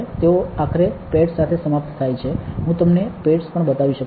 તેઓ આખરે પેડ્સ સાથે સમાપ્ત થાય છે હુ તમને પેડ્સ પણ બતાવી શકું છું